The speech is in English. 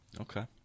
Okay